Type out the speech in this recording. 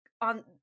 on